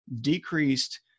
decreased